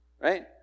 Right